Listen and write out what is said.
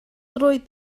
droed